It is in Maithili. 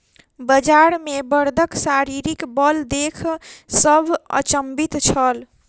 बजार मे बड़दक शारीरिक बल देख सभ अचंभित छल